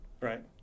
Right